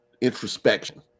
introspection